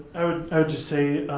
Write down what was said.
i would just say